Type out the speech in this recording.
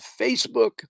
Facebook